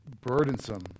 burdensome